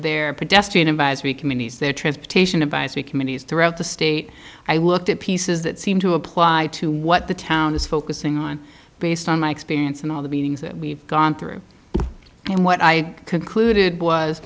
their pedestrian advisory committees their transportation abayas the committees throughout the state i looked at pieces that seem to apply to what the town is focusing on based on my experience and all the meetings that we've gone through and what i concluded was